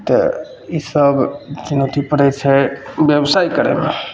तऽ ईसब चुनौती पड़ै छै बेवसाइ करैमे